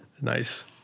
Nice